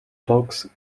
dogs